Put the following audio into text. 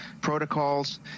protocols